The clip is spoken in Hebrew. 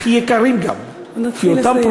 הכי יקרים גם, להתחיל לסיים.